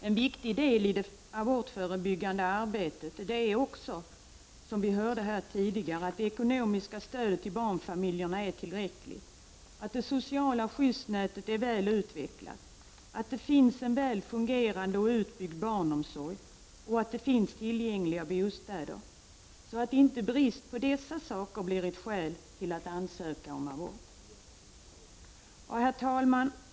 En viktig del i det abortförebyggande arbetet är också, som vi hörde tidigare, att det ekonomiska stödet till barnfamiljerna är tillräckligt, att det sociala skyddsnätet är väl utvecklat och att det finns en väl fungerande och utbyggd barnomsorg samt tillgång till bostäder. Det får inte vara så att brist på dessa saker blir ett skäl till att ansöka om abort. Herr talman!